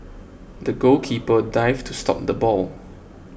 the goalkeeper dived to stop the ball